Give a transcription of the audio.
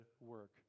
work